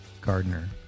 Gardner